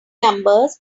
numbers